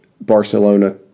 Barcelona